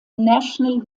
national